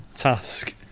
task